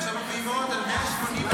--- כן, עכשיו הם מביאים עוד על 180 --- ביזה.